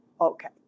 Okay